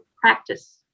practice